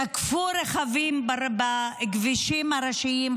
תקפו רכבים בכבישים הראשיים,